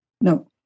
No